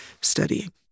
studying